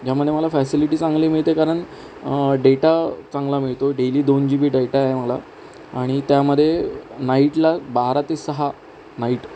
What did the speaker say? यामध्ये मला फॅसिलिटी चांगली मिळते कारण डेटा चांगला मिळतो डेली दोन जी बी डेटा आहे मला आणि त्यामध्ये नाईटला बारा ते सहा नाईट